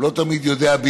הוא לא תמיד יודע בדיוק,